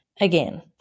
Again